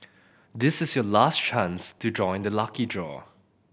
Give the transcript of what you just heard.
this is your last chance to join the lucky draw